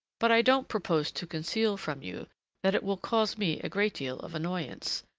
but i don't propose to conceal from you that it will cause me a great deal of annoyance,